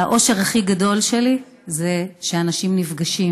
והאושר הכי גדול שלי זה שאנשים נפגשים,